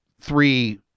three